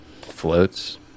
Floats